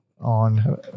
on